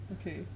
Okay